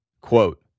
quote